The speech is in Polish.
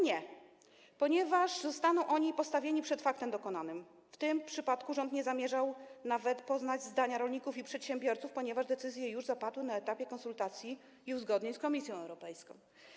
Nie, ponieważ zostaną oni postawieni przed faktem dokonanym, w tym przypadku rząd nie zamierzał nawet poznać zdania rolników i przedsiębiorców, ponieważ decyzje zapadły już na etapie konsultacji i uzgodnień z Komisją Europejską.